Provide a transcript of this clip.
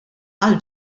għal